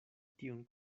tiun